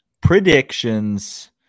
predictions